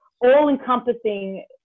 all-encompassing